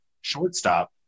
shortstop